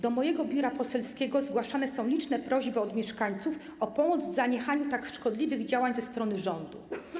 Do mojego biura poselskiego zgłaszane są liczne prośby od mieszkańców o pomoc w zaniechaniu tak szkodliwych działań ze strony rządu.